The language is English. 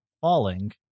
falling